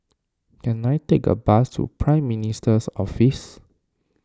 can I take a bus to Prime Minister's Office